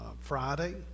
Friday